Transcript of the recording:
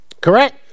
correct